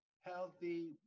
healthy